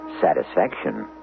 satisfaction